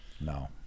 No